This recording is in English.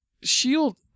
Shield